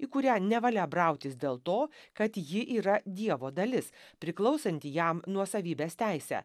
į kurią nevalia brautis dėl to kad ji yra dievo dalis priklausanti jam nuosavybės teise